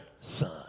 son